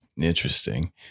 Interesting